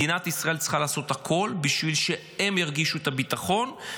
מדינת ישראל צריכה לעשות הכול בשביל שהם ירגישו את הביטחון,